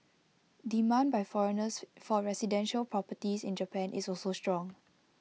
demand by foreigners for residential properties in Japan is also strong